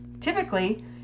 typically